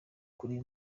kuri